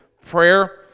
prayer